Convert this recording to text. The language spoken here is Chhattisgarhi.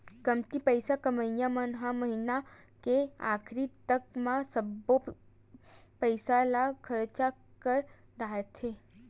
कमती पइसा कमइया मन ह महिना के आखरी तक म सब्बो पइसा ल खरचा कर डारथे